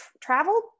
travel